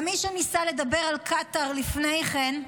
מי שניסה לדבר על קטאר לפני כן,